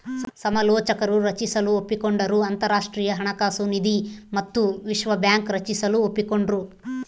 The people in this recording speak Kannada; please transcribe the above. ಸಮಾಲೋಚಕರು ರಚಿಸಲು ಒಪ್ಪಿಕೊಂಡರು ಅಂತರಾಷ್ಟ್ರೀಯ ಹಣಕಾಸು ನಿಧಿ ಮತ್ತು ವಿಶ್ವ ಬ್ಯಾಂಕ್ ರಚಿಸಲು ಒಪ್ಪಿಕೊಂಡ್ರು